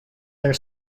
their